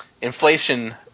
inflation